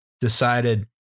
decided